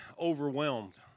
overwhelmed